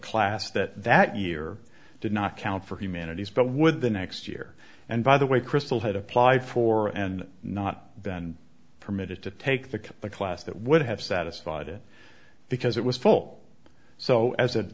class that that year did not count for humanities but would the next year and by the way krystal had applied for and not been permitted to take the class that would have satisfied it because it was felt so as a